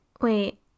Wait